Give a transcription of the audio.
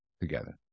together